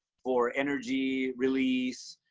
for energy release,